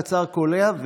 קצר וקולע,